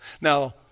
Now